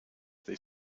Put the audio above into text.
they